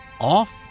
off